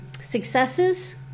successes